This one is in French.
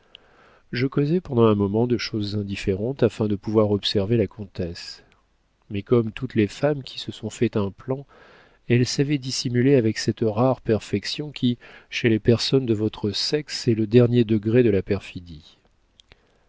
je causai pendant un moment de choses indifférentes afin de pouvoir observer la comtesse mais comme toutes les femmes qui se sont fait un plan elle savait dissimuler avec cette rare perfection qui chez les personnes de votre sexe est le dernier degré de la perfidie